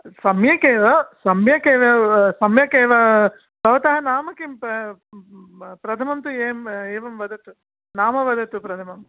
सम्यक् एव सम्यक् एव सम्यक् एव भवतः नाम किं प्रथमम् तु एवं एवं वदतु नाम वदतु प्रथमम्